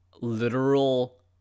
literal